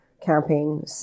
camping